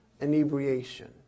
Inebriation